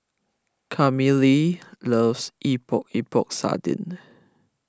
Camille loves Epok Epok Sardin